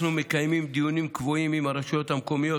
אנחנו מקיימים דיונים קבועים עם הרשויות המקומיות